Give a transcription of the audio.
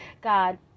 God